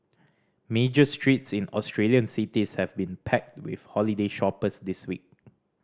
major streets in Australian cities have been packed with holiday shoppers this week